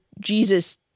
jesus